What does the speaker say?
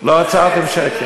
לא עצרנו שקל.